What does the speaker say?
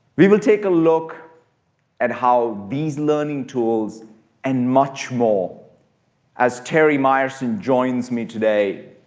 we will take a look at how these learning tools and much more as terry myerson joins me today